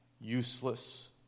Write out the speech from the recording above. useless